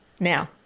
Now